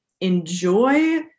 enjoy